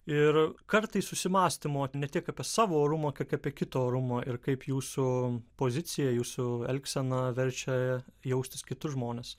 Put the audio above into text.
ir kartais susimąstymo ne tik apie savo orumą kiek apie kito orumą ir kaip jūsų pozicija jūsų elgsena verčia jaustis kitus žmones